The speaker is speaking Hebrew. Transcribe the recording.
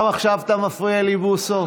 גם עכשיו אתה מפריע לי, בוסו?